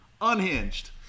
unhinged